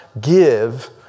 give